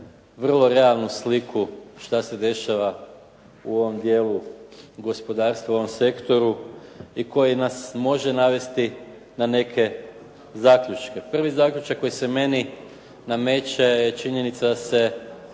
vrlo realnu sliku šta se dešava u ovom dijelu gospodarstva, u ovom sektoru i koji nas može navesti na neke zaključke. Prvi zaključak koji se meni nameće je činjenica da se